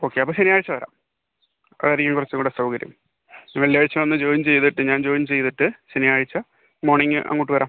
okay അപ്പം ശനിയാഴ്ച വരാം അത് ആയിരിക്കും കുറച്ചും കൂടെ സൗകര്യം വെള്ളിയാഴ്ച വന്ന് ജോയിൻ ചെയ്തിട്ട് ഞാൻ ജോയിൻ ചെയ്തിട്ട് ശനിയാഴ്ച മോർണിംഗ് അങ്ങോട്ട് വരാം